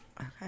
Okay